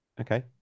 okay